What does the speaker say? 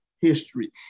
history